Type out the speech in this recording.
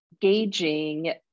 gauging